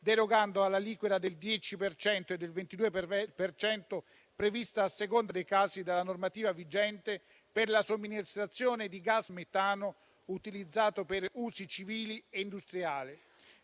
derogando all'aliquota del 10 per cento e del 22 per cento prevista a seconda dei casi dalla normativa vigente per la somministrazione di gas metano utilizzato per usi civili e industriali.